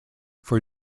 for